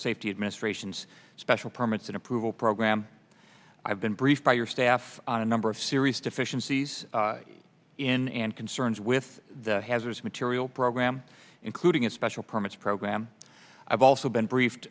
safety administration's special permits and approval program i have been briefed by your staff on a number of serious deficiencies in and concerns with the hazardous material program including a special permits program i've also been